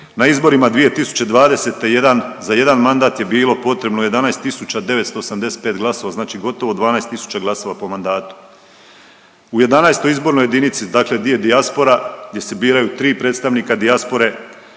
na izborima 2020. jedan, za jedan mandat je bilo potrebno 11.985 glasova znači gotovo 12 tisuća glasova po mandatu. U XI. izbornoj jedinici dakle gdje je dijaspora, gdje se biraju tri predstavnika dijaspore